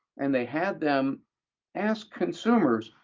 and they had them ask consumers,